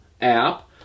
app